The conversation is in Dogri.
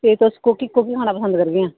ते तुस कोह्की कोह्की खाना पसंद करगे ओ